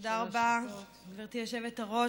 היושבת-ראש.